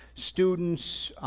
students,